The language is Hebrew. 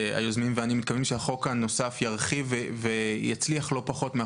לא ניכנס לעובדי הקורה כי הדברים ברורים,